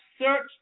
search